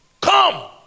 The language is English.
Come